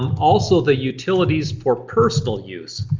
um also the utilities for personal use.